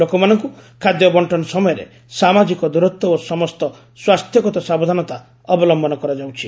ଲୋକମାନଙ୍କ ଖାଦ୍ୟ ବଣ୍ଟନ ସମୟରେ ସାମାଜିକ ଦୂରତ୍ୱ ଓ ସମସ୍ତ ସ୍ୱାସ୍ଥ୍ୟଗତ ସାବଧାନତା ଅବଲମ୍ଘନ କରାଯାଉଛି